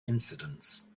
incidence